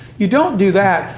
you don't do that,